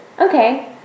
Okay